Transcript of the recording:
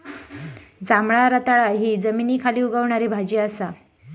जांभळा रताळा हि जमनीखाली उगवणारी भाजी असा